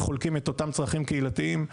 חולקים את אותם צרכים קהילתיים.